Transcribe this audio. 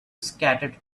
scattered